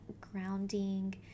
grounding